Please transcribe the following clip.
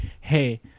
hey